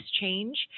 change